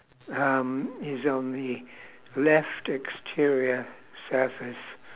um is on the left exterior surface